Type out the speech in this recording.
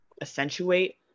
accentuate